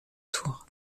tours